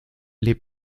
les